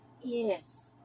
Yes